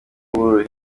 w’uru